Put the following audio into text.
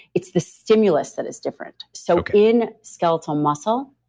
it's the stimulus that is different. so, in skeletal muscle,